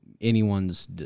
anyone's